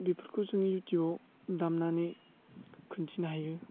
बेफोरखौ जों इउथुबाव दामनानै खोन्थिनो हायो